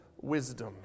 wisdom